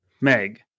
Meg